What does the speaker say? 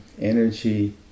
energy